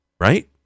right